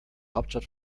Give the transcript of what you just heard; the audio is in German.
hauptstadt